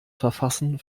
verfassen